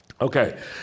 Okay